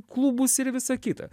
klubus ir visa kita